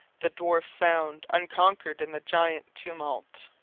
the dwarf sound, unconquered in the giant tumult.